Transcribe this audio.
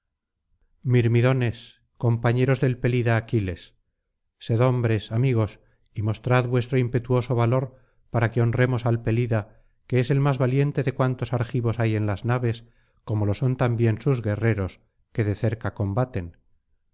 mirmidones compañeros del pelida aquiles sed hombres amigos y mostrad vuestro impetuoso valor para que honremos al pelida que es el más valiente de cuantos argivos hay en las naves como lo son también sus guerreros que de cerca combaten